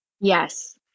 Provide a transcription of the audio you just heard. Yes